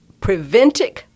Preventic